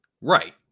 Right